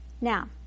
now